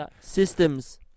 Systems